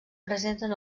presenten